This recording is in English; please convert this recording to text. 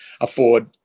afford